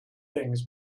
things